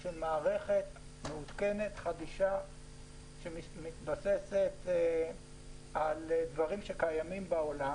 של מערכת מעודכנת וחדישה שמתבססת על דברים שקיימים בעולם.